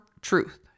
truth